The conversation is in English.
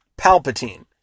Palpatine